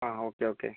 ആ okay okay